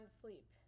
sleep